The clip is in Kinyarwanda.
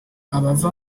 abava